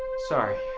sorry.